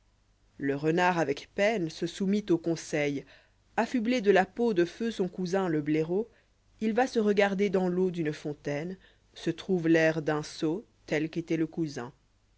le renard avec peine se soumit au conseil affublé de la peau de feu son cousin lé blaireau il va se regarder dans l'éau d'une fontaine se trouve l'air d'un sot j tel qu'était le cousin